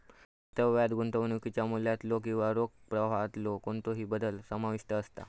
परताव्यात गुंतवणुकीच्या मूल्यातलो किंवा रोख प्रवाहातलो कोणतोही बदल समाविष्ट असता